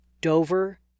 Dover